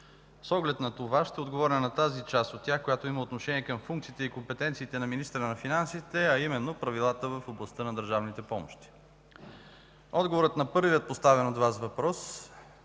С оглед на това ще отговоря на тази част от тях, която има отношение към функциите и компетенциите на министъра на финансите, а именно правилата в областта на държавната помощ. Отговорът на първия въпрос,